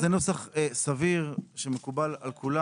זה נוסח סביר שהוא מקובל על כולם.